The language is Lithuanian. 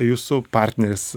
jūsų partneris